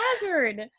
hazard